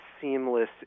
seamless